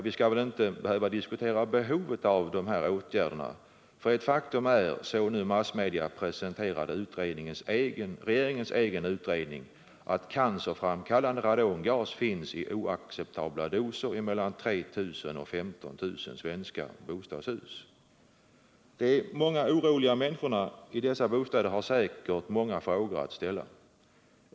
Vi skall väl inte behöva diskutera behovet av åtgärderna, för ett faktum är, såsom regeringens utredning enligt massmedias presentation visar, att cancerframkallande radongas finns i oacceptabla doser i mellan 3 000 och 15 000 svenska bostadshus. De många oroliga människorna i dessa bostäder har säkert många frågor att ställa.